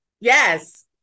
Yes